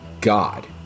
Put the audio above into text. god